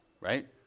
right